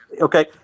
Okay